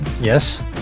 Yes